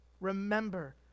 remember